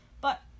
But